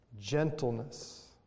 Gentleness